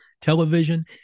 television